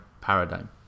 paradigm